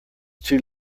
too